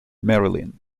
marilyn